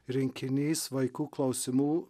rinkinys vaikų klausimų